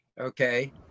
okay